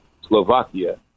Slovakia